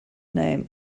name